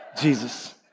Jesus